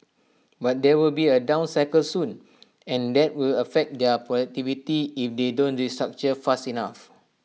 but there will be A down cycle soon and that will affect their productivity if they don't restructure fast enough